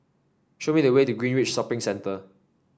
show me the way to Greenridge Shopping Centre